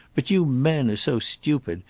but you men are so stupid,